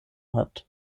hat